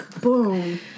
Boom